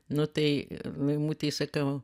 nu tai laimutei sakau